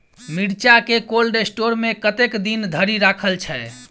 मिर्चा केँ cold store मे कतेक दिन धरि राखल छैय?